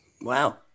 Wow